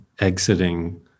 exiting